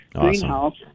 greenhouse